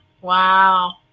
Wow